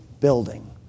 building